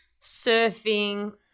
surfing